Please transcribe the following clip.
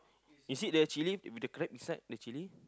is it the chilli with the crab inside the chilli